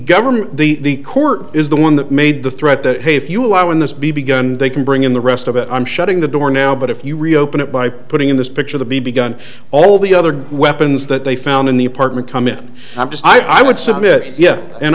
government the court is the one that made the threat that hey if you allow in this b b gun they can bring in the rest of it i'm shutting the door now but if you reopen it by putting in this picture the b b gun all the other weapons that they found in the apartment come in i'm just i would